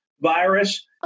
virus